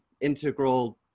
integral